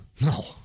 No